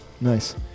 Nice